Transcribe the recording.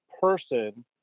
person